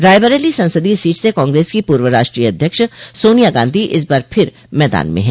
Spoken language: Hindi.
रायबरेली संसदीय सीट से कांग्रेस की पूर्व राष्ट्रीय अध्यक्ष सोनिया गांधी इस बार फिर मैदान में हैं